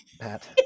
Pat